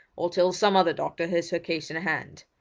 or till some other doctor has her case in hand.